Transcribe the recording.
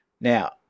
Now